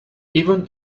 even